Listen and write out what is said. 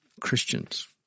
Christians